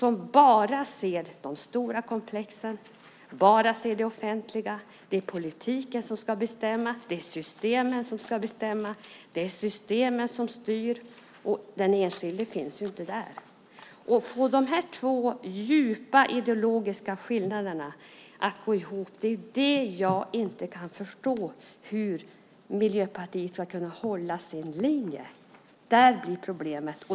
De ser bara de stora komplexen, bara det offentliga, att politiken ska bestämma samt att systemen ska bestämma och styra. Den enskilde finns inte där. Att få dessa två djupa ideologiska skillnader att gå ihop gör att jag inte kan förstå hur Miljöpartiet ska kunna hålla sin linje. Där är problemet.